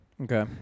Okay